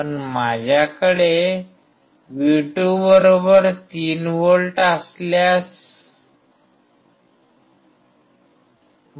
पण माझ्याकडे V2 3V असल्यास काय